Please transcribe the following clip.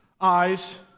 eyes